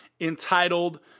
entitled